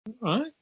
right